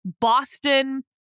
Boston